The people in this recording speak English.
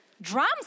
Drums